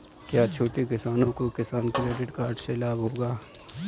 क्या छोटे किसानों को किसान क्रेडिट कार्ड से लाभ होगा?